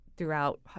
throughout